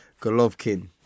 Golovkin